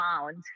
found